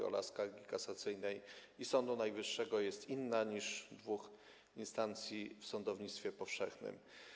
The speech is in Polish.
Rola skargi kasacyjnej i Sądu Najwyższego jest inna niż dwóch instancji w sądownictwie powszechnym.